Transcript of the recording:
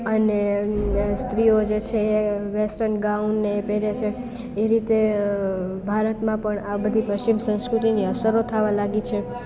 અને સ્ત્રીઓ જે છે એ વેસ્ટર્ન ગાઉનને એ પહેરે છે એ રીતે ભારતમાં પણ આ બધી પશ્ચિમ સંસ્કૃતિની અસરો થવા થાવા લાગી છે